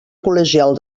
col·legial